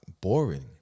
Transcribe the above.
boring